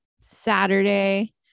saturday